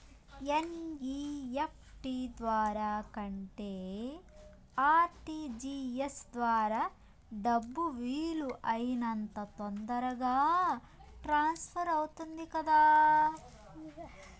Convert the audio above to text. NEFT ద్వారా కంటే RTGS ద్వారా డబ్బు వీలు అయినంత తొందరగా ట్రాన్స్ఫర్ అవుతుంది కదా